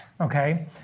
okay